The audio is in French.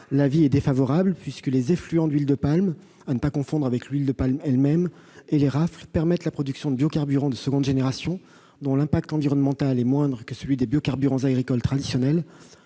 rectifié et II-915 rectifié. Les effluents d'huile de palme, à ne pas confondre avec l'huile de palme elle-même, et les rafles permettent la production de biocarburants de seconde génération, dont l'impact environnemental est moindre que celui des biocarburants agricoles traditionnels.